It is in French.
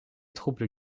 troubles